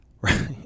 Right